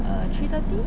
err three thirty